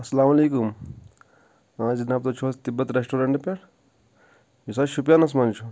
السلامُ علیکُم آ جناب تُہۍ چھو حظ تِبٛت ریسٹورنٹ پؠٹھ یُس حظ شُپینَس منٛز چھُ